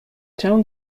town